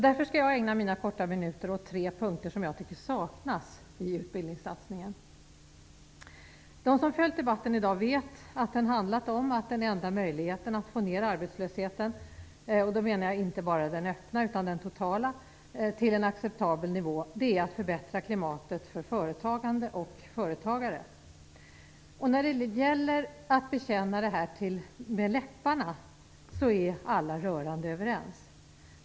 Därför skall jag ägna mina korta minuter åt tre punkter som jag tycker saknas i utbildningssatsningen. Den som följt debatten i dag vet att den handlat om att den enda möjligheten att få ned arbetslösheten - inte bara den öppna utan den totala - till en acceptabel nivå är att förbättra klimatet för företagande och företagare. När det gäller att bekänna det med läpparna är alla rörande överens.